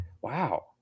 Wow